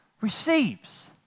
receives